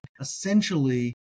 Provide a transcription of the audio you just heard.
essentially